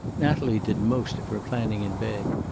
natalie did most of her planning in bed.